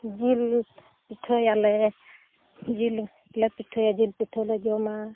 ᱡᱤᱞ ᱯᱤᱴᱷᱟᱹᱭᱟᱞᱮ ᱡᱤᱞ ᱞᱮ ᱯᱤᱴᱷᱟᱭᱟ ᱡᱤᱞ ᱯᱤᱴᱷᱟᱹᱞᱮ ᱡᱚᱢᱟ